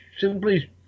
simply